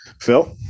Phil